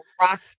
rock